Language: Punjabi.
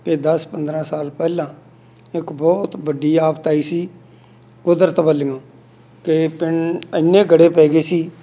ਅਤੇ ਦਸ ਪੰਦਰ੍ਹਾਂ ਸਾਲ ਪਹਿਲਾਂ ਇੱਕ ਬਹੁਤ ਵੱਡੀ ਆਫਤ ਆਈ ਸੀ ਕੁਦਰਤ ਵੱਲੋਂ ਅਤੇ ਪਿੰਡ ਇੰਨੇ ਗੜੇ ਪੈ ਗਏ ਸੀ